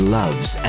loves